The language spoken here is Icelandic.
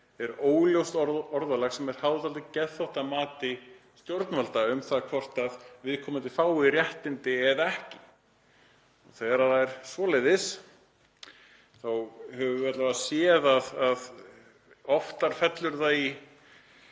er óljóst orðalag sem er háð geðþóttamati stjórnvalda um það hvort viðkomandi fái réttindi eða ekki. Þegar það er svoleiðis þá höfum við alla vega séð að oftar fellur vafinn